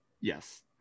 Yes